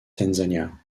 tanzania